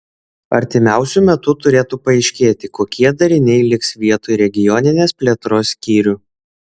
artimiausiu metu turėtų paaiškėti kokie dariniai liks vietoj regioninės plėtros skyrių